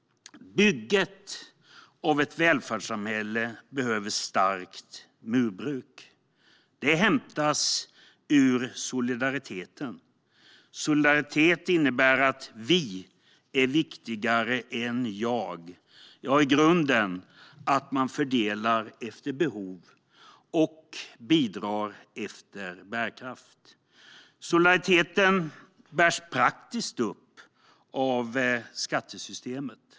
Bygget av ett välfärdssamhälle behöver starkt murbruk. Det hämtas ur solidariteten. Solidaritet innebär att vi är viktigare än jag - i grunden att man fördelar efter behov och bidrar efter bärkraft. Solidariteten bärs praktiskt upp av skattesystemet.